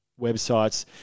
websites